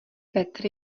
petr